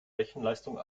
rechenleistung